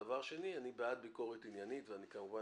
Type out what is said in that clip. דבר שני אני בעד ביקורת עניינית ואני כמובן